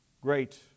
great